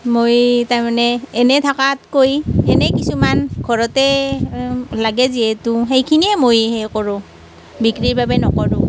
মই তাৰ মানে এনেই থকাতকৈ এনেই কিছুমান ঘৰতে লাগে যিহেতু সেইখিনিয়েই মই হেৰি কৰোঁ বিক্ৰীৰ বাবে নকৰোঁ